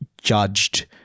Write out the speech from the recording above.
judged